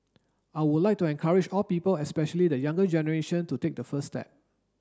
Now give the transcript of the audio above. I would like to encourage all people especially the younger generation to take the first step